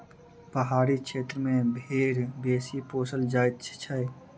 पहाड़ी क्षेत्र मे भेंड़ बेसी पोसल जाइत छै